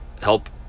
help